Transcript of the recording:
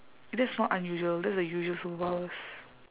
that's not unusual that's a usual superpowers